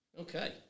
Okay